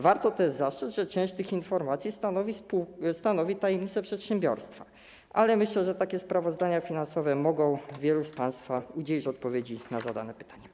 Warto też zastrzec, że część tych informacji stanowi tajemnicę przedsiębiorstwa, ale myślę, że takie sprawozdania finansowe mogą wielu z państwa udzielić odpowiedzi na zadane pytania.